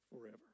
forever